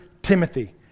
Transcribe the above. Timothy